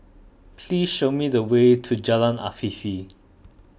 please show me the way to Jalan Afifi